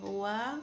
वा